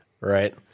right